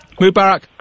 Mubarak